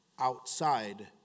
outside